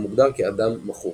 הוא מוגדר כ"אדם מכור"